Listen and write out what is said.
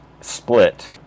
split